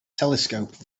telescope